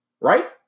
right